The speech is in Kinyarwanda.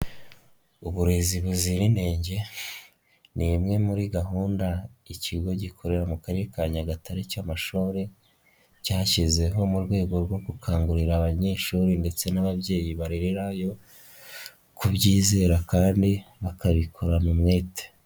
Uburezi buzira inenge ni imwe muri gahunda ikigo gikorera mu karere ka Nyagatare cy'amashuri, cyashyizeho mu rwego rwo gukangurira abanyeshuri ndetse n'ababyeyi barererayo kubyizera kandi bakabikorana umwete.